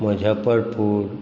Muzaffarpur